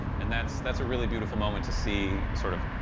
and that's that's a really beautiful moment to see, sort of